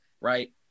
right